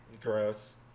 Gross